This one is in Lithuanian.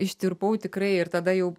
ištirpau tikrai ir tada jau